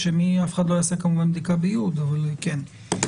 אף אחד לא יעשה כמובן בדיקה ב-י', אבל כן.